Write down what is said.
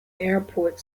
airport